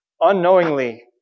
unknowingly